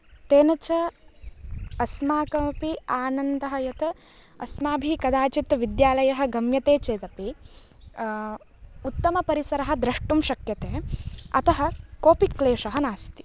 तेन च अस्माकमपि आनन्दः यत् अस्माभिः कदाचित् विद्यालयः गम्यते चेदपि उत्तमपरिसरः द्रष्टुं शक्यते अतः कोपि क्लेशः नास्ति